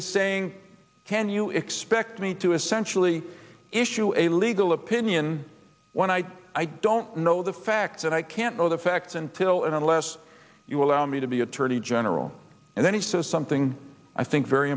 is saying can you expect me to essentially issue a legal opinion when i don't know the facts and i can't know the facts until and unless you allow me to be attorney general and then he says something i think very